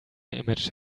image